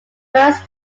first